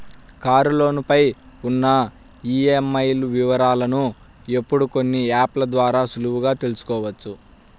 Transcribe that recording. కారులోను పై ఉన్న ఈఎంఐల వివరాలను ఇప్పుడు కొన్ని యాప్ ల ద్వారా సులువుగా తెల్సుకోవచ్చు